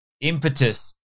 impetus